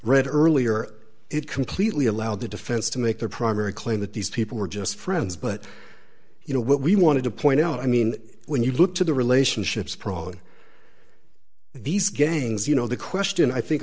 read earlier it completely allowed the defense to make their primary claim that these people were just friends but you know what we wanted to point out i mean when you look to the relationships probably these gains you know the question i think